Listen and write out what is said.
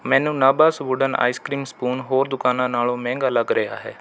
ਮੈਨੂੰ Nabha's wooden ice cream spoon ਹੋਰ ਦੁਕਾਨਾਂ ਨਾਲੋਂ ਮਹਿੰਗਾ ਲੱਗ ਰਿਹਾ ਹੈ